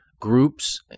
groups